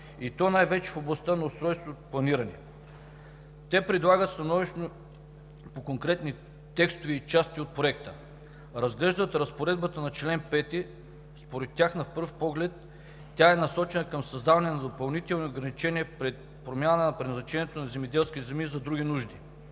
и то най-вече в областта на устройственото планиране. Предлагат становище по конкретни текстове и части от Проекта. Разглеждат разпоредбата на чл. 5, според тях, на пръв поглед тя е насочена към създаване на допълнителни ограничения пред промяната на предназначението на земеделски земи за други нужди.